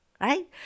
right